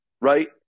right